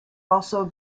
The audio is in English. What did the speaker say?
also